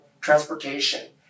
transportation